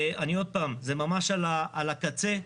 זה ממש על הקצה,